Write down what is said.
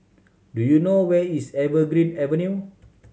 do you know where is Evergreen Avenue